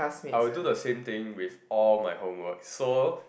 I will do the same thing with all my homework so